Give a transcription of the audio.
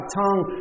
tongue